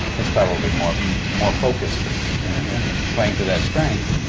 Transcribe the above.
it's probably more more focused, and and and in playing to their strengths.